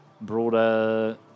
broader